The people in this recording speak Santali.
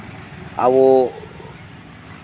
ᱟᱵᱚ